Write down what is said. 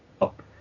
up